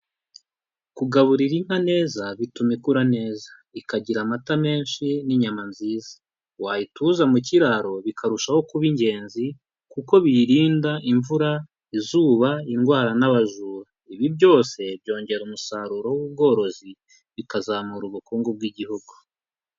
Kugaburira inka neza, bituma ikura neza. Ikagira amata menshi n'inyama nziza. Wayituza mu kiraro bikarushaho kuba ingenzi, kuko biyirinda imvura, izuba, indwara n'abajura. Ibi byose byongera umusaruro w'ubworozi, bikazamura ubukungu bw'igihugu.